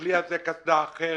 לכלי הזה קסדה אחרת,